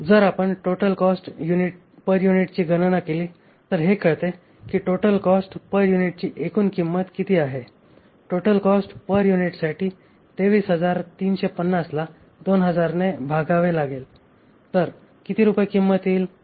जर आपण total cost per युनिटची गणना केली तर हे कळते की टोटल कॉस्ट पर युनिटची एकूण किंमत किती आहे टोटल कॉस्ट पर युनिटसाठी 23350 ला 2000 ने भगवे लागेल तर किती रुपये किंमत येईल